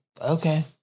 okay